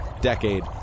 decade